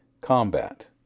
combat